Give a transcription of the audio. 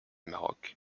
maroc